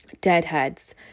Deadhead's